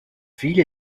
ville